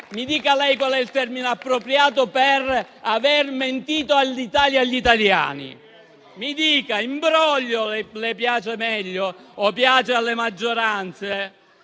mi dica lei qual è il termine appropriato per aver mentito all'Italia e agli italiani. Mi dica. Imbroglio è meglio? Piace alle maggioranze?